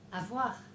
Avoir